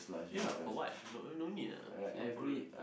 ya for what no no need ah Singapore no need